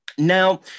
now